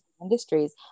industries